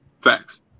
Facts